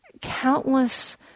countless